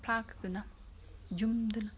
ꯐ꯭ꯂꯥꯁꯇꯨꯅ ꯖꯨꯝꯗꯨꯅ